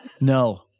No